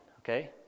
okay